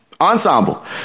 ensemble